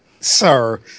sir